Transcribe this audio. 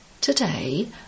Today